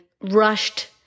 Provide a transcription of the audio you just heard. rushed